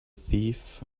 thief